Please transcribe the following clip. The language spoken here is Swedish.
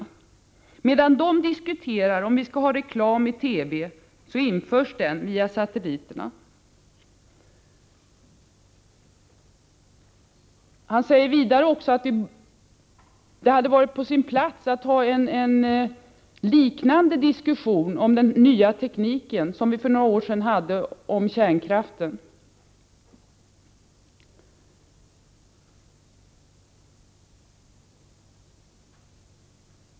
Medan de diskuterar om vi ska ha reklam i TV införs den via satelliterna.” Han säger vidare att det hade varit på sin plats att om den nya tekniken ha en diskussion liknande den som vi för några år sedan hade om kärnkraften.